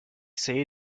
seh